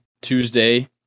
Tuesday